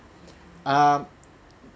um